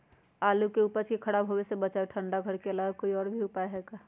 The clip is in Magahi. आलू के उपज के खराब होवे से बचाबे ठंडा घर के अलावा कोई और भी उपाय है का?